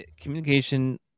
communication